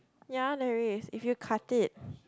ya there's if you cut it